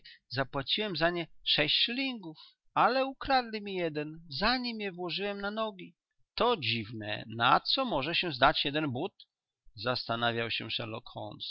zapłaciłem za nie sześć szylingów ale ukradli mi jeden zanim je włożyłem na nogi to dziwne na co może się zdać jeden but zastanawiał się